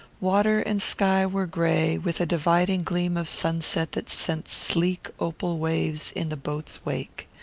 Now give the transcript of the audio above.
water and sky were grey, with a dividing gleam of sunset that sent sleek opal waves in the boat's wake.